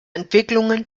entwicklungen